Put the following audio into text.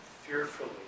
fearfully